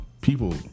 People